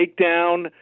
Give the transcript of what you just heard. takedown